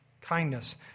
Kindness